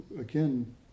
again